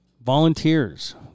Volunteers